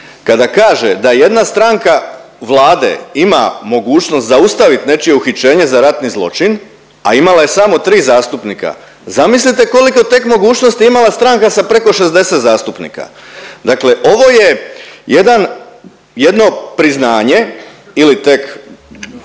kada kaže da jedna stranka Vlade ima mogućnost zaustaviti nečije uhićenje za ratni zločin, a imala je samo 3 zastupnika zamislite koliko tek mogućnosti je imala stranka sa preko 60 zastupnika. Dakle, ovo je jedan, jedno priznanje ili tek